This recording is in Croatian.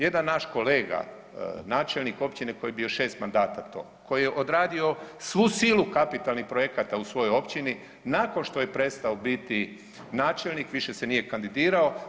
Jedan naš kolega načelnik općine koji je bio 6 mandata to, koji je odradio svu silu kapitalnih projekata u svojoj općini nakon što je prestao biti načelnik više se nije kandidirao.